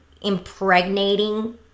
impregnating